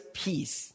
peace